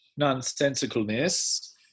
nonsensicalness